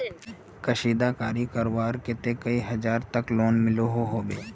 कशीदाकारी करवार केते कई हजार तक लोन मिलोहो होबे?